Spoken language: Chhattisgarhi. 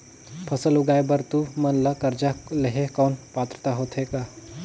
फसल उगाय बर तू मन ला कर्जा लेहे कौन पात्रता होथे ग?